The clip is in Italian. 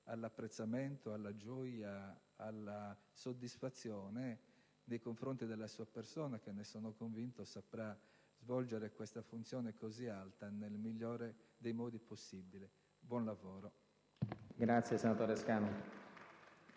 all'apprezzamento, alla gioia, alla soddisfazione nei confronti della sua persona, che - ne sono convinto - saprà svolgere questa funzione così alta nel migliore dei modi possibili. Buon lavoro. *(Applausi dal